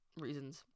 reasons